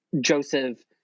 joseph